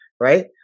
Right